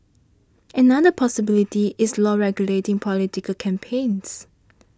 another possibility is law regulating political campaigns